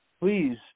Please